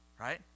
Right